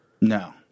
No